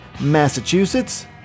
Massachusetts